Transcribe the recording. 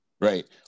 Right